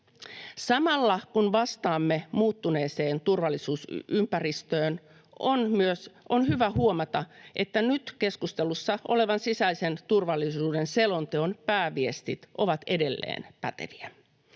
Samalla kun vastaamme muuttuneeseen turvallisuusympäristöön, on hyvä huomata, että nyt keskustelussa olevan sisäisen turvallisuuden selonteon pääviestit ovat edelleen päteviä: